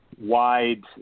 wide